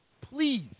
Please